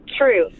True